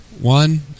one